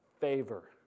favor